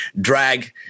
drag